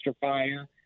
fire